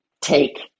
take